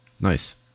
Nice